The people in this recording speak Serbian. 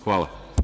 Hvala.